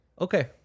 okay